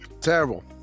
Terrible